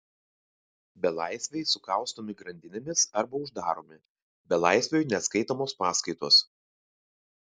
belaisviai sukaustomi grandinėmis arba uždaromi belaisviui neskaitomos paskaitos